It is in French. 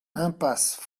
impasse